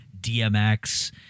DMX